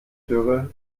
dürre